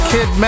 Kid